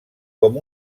com